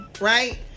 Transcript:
right